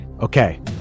Okay